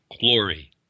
glory